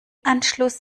anschluss